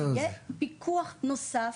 שיהיה פיקוח נוסף,